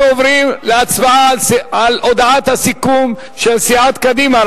אנחנו עוברים להצבעה על הודעת הסיכום של סיעת קדימה,